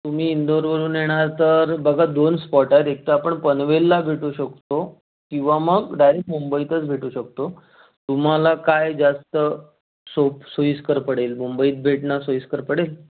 तुम्ही इंदोरवरून येणार तर बघा दोन स्पॉट आहेत एकतर आपण पनवेलला भेटू शकतो किंवा मग डायरेक्ट मुंबईतच भेटू शकतो तुम्हाला काय जास्त सोप सोयीस्कर पडेल मुंबईत भेटणं सोयीस्कर पडेल